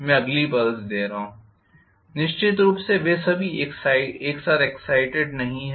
मैं अगली पल्स दे रहा हूं निश्चित रूप से वे सभी एक साथ एग्ज़ाइटेड नहीं हैं